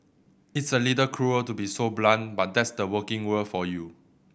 it's a little cruel to be so blunt but that's the working world for you